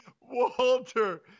Walter